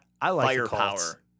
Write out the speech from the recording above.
firepower